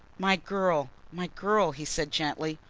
my girl, my girl, he said gently.